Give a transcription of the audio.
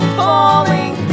falling